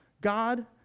God